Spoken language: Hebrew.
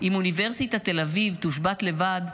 אם אוניברסיטת תל אביב תושבת לבד,